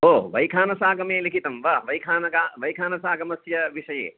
ओ वैखानसागमे लिखितं वा वैखानसागमस्य विषये